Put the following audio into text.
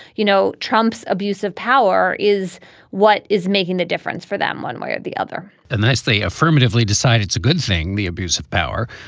you know, trump's abuse of power is what is making the difference for them one way or the other and that's they affirmatively decide it's a good thing. the abuse of power,